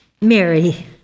Mary